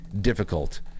difficult